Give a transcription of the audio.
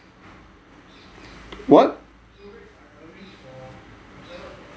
what